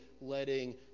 letting